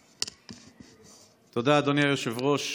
תודה, אדוני היושב-ראש.